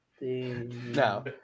No